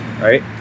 right